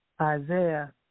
Isaiah